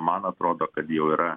man atrodo kad jau yra